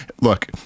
look